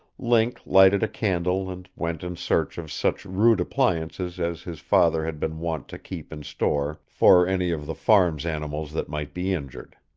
link lighted a candle and went in search of such rude appliances as his father had been wont to keep in store for any of the farm's animals that might be injured.